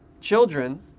children